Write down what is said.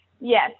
Yes